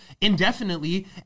indefinitely